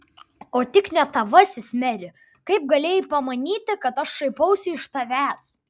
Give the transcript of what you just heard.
o tik ne tavasis meri kaip galėjai pamanyti kad aš šaipausi iš tavęs